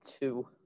two